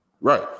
Right